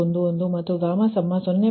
11ಮತ್ತು γ'0